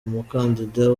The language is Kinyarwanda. umukandida